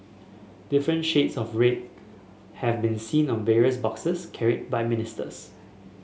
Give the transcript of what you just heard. different shades of red have been seen on various boxes carried by ministers